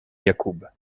yacoub